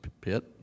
pit